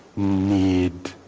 need